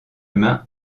humains